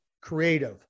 creative